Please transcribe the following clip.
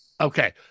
Okay